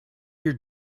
your